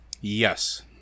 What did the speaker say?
Yes